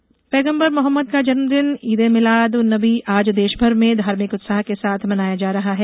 ईद पैगम्बर मोहम्मद का जन्मदिन ईद ए मीलाद उन नबी आज देशभर में धार्मिक उत्साह के साथ मनाया जा रहा है